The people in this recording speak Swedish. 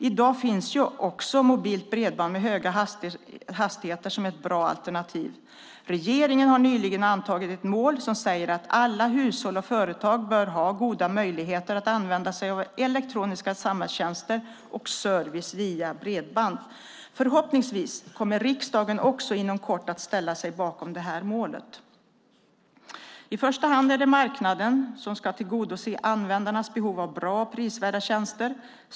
I dag finns ju mobilt bredband med höga hastigheter som ett bra alternativ. Regeringen har nyligen antagit ett mål som säger att alla hushåll och företag bör ha goda möjligheter att använda sig av elektroniska samhällstjänster och service via bredband. Förhoppningsvis kommer riksdagen inom kort att ställa sig bakom detta mål. I första hand är det marknaden som ska tillgodose användarnas behov av bra och prisvärda tjänster.